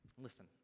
Listen